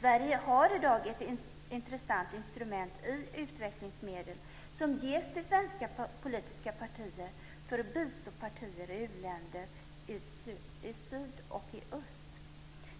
Sverige har i dag ett intressant instrument i de utvecklingsmedel som ges till svenska politiska partier för att bistå partier i u-länder i syd och i öst.